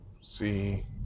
see